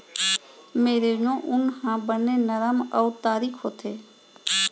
merino ऊन ह बने नरम अउ तारीक होथे